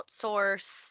outsource